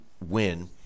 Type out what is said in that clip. win